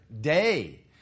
day